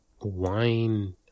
wine